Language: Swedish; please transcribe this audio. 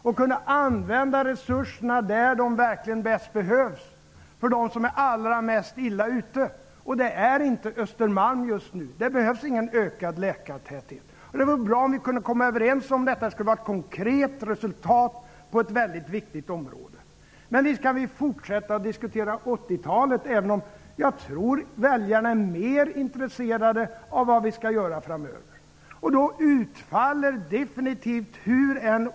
Då kunde vi använda resurserna där de verkligen bäst behövs, dvs. för att hjälpa dem som är allra mest utsatta, och det är inte just nu de på Östermalm. Där behövs ingen ökad läkartäthet. Det vore bra om vi kunde komma överens om ett konkret resultat på ett mycket viktigt område. Visst kan vi forsätta att diskutera 80-talet, men jag tror att väljarna är mer intresserade av att få veta vad vi skall göra framöver.